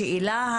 השאלה,